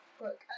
Look